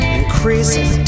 increases